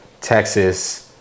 Texas